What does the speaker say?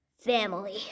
family